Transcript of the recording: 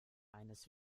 eines